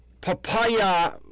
Papaya